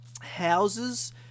houses